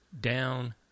down